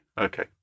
okay